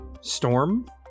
Storm